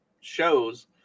shows